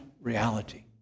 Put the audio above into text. reality